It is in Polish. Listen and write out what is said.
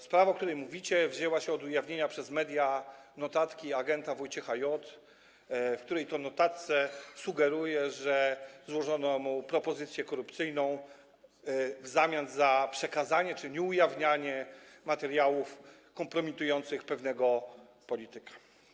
Sprawa, o której mówicie, wzięła się od ujawnienia przez media notatki agenta Wojciecha J., w której to notatce sugeruje, że złożono mu propozycję korupcyjną w zamian za przekazanie czy nieujawnianie materiałów kompromitujących pewnego polityka.